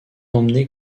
emmener